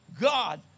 God